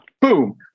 Boom